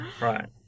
right